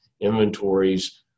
Inventories